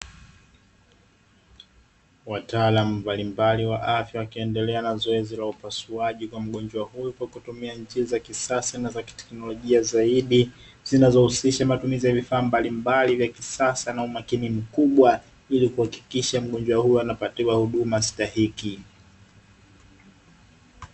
Wataalamu mbalimbali wa afya wakiendelea na zoezi la upasuaji kwa mgonjwa huyo kwa kutumia njia za kisasa na za kiteknolojia zaidi, zinazohusisha matumizi ya vifaa mbalimbali vya kisasa na umakini mkubwa, ili kuhakikisha mgonjwa huyo anapatiwa huduma stahiki.